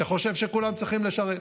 שחושב שכולם צריכים לשרת.